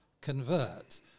convert